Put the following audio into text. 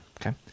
Okay